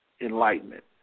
enlightenment